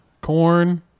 Corn